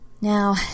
Now